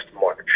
March